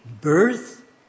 birth